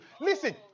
Listen